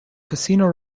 casino